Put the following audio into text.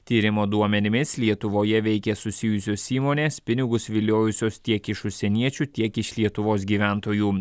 tyrimo duomenimis lietuvoje veikė susijusios įmonės pinigus viliojusios tiek iš užsieniečių tiek iš lietuvos gyventojų